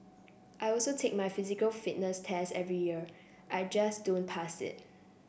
I also take my physical fitness test every year I just don't pass it